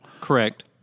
Correct